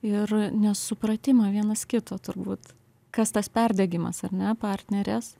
ir nesupratimą vienas kito turbūt kas tas perdegimas ar ne partnerės